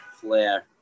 flair